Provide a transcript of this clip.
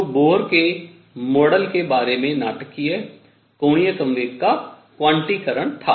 तो बोहर के मॉडल के बारे में नाटकीय कोणीय संवेग का क्वांटीकरण था